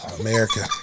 America